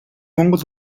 монгол